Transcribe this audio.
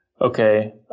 okay